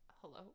hello